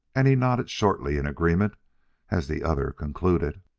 and he nodded shortly in agreement as the other concluded.